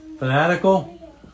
Fanatical